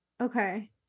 Okay